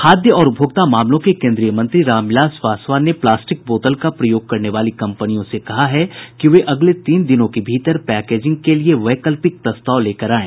खाद्य और उपभोक्ता मामलों के मंत्री रामविलास पासवान ने प्लास्टिक बोतल का प्रयोग करने वाली कंपनियों से कहा है कि वे अगले तीन दिनों के भीतर पैकेजिंग के लिए वैकल्पिक प्रस्ताव लेकर आएं